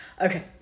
Okay